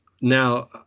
Now